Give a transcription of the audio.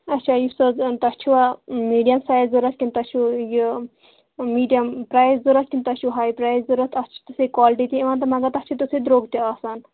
اَچھا یُس حظ تۄہہِ چھُوا میٖڈیَم سایِز ضروٗرت کِنہٕ تۄہہِ چھُو یہِ میٖڈیَم پرٛایِز ضروٗرت کِنہٕ تۄہہِ چھُو ہاے پرٛایِز ضروٗرت تَتھ چھِ تِژھٕے کالٹی تہِ یِوان تہٕ مگر تَتھ چھِ تِتھُے درٛۅگ تہِ آسان